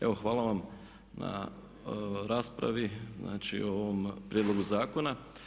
Evo hvala vam na raspravi, znači o ovom prijedlogu zakona.